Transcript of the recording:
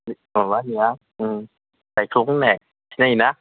माबानिया जायख्लं होननाय सिनायोना